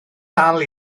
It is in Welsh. dal